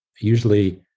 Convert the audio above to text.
usually